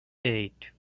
eight